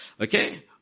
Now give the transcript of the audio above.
Okay